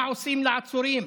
מה עושים לעצורים: